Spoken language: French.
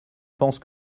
pense